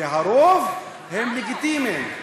והרוב הם לגיטימיים.